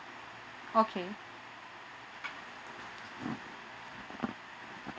okay